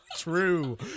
True